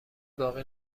باقی